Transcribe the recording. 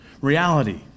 reality